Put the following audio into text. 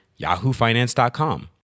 yahoofinance.com